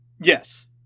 Yes